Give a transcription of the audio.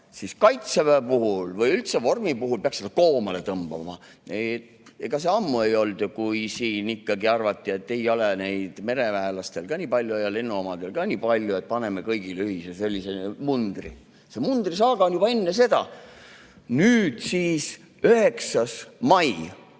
aga Kaitseväe puhul või üldse vormi puhul peaks seda koomale tõmbama. Ega see ammu ei olnud, kui siin arvati, et ei ole meil mereväelasi nii palju ja lennuväe omasid ka nii palju, et paneme kõigile ühise mundri selga. See mundrisaaga oli juba enne seda. Nüüd siis 9. maist,